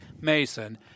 Mason